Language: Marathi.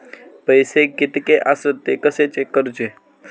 पैसे कीतके आसत ते कशे चेक करूचे?